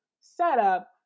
setup